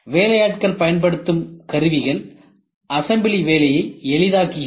வேலையாட்கள் பயன்படுத்தும் கருவிகள் அசம்பிளி வேலையை எளிதாக்குகிறது